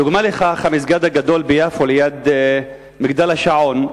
דוגמה לכך היא המסגד הגדול ביפו, ליד מגדל השעון.